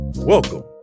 Welcome